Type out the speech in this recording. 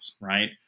right